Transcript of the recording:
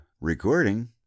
Recording